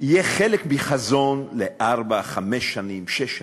יהיה חלק מחזון לארבע, חמש, שש שנים.